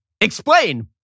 explain